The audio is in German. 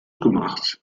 gemacht